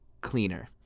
cleaner